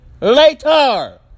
later